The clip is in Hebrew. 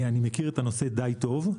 אני מכיר את הנושא די טוב,